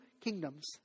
kingdoms